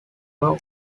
law